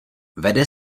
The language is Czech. vede